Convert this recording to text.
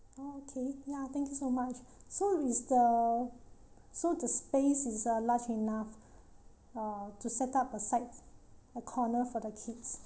oh okay ya thank you so much so is the so the space is uh large enough uh to set up a side a corner for the kids